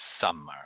summer